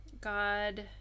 God